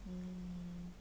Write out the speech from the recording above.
mm